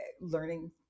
learning